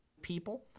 people